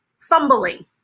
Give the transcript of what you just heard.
fumbling